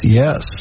yes